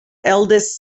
eldest